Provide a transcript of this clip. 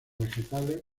vegetales